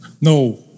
No